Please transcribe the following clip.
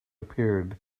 appeared